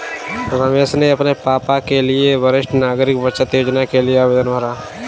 रमेश ने अपने पापा के लिए वरिष्ठ नागरिक बचत योजना के लिए आवेदन भरा